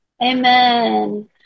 Amen